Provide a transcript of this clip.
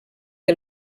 que